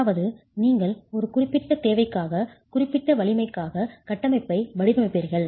அதாவது நீங்கள் ஒரு குறிப்பிட்ட தேவைக்காக குறிப்பிட்ட வலிமைக்காக கட்டமைப்பை வடிவமைக்கிறீர்கள்